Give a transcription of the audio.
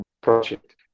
project